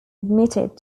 admitted